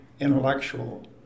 intellectual